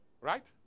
Right